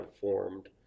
Formed